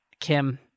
Kim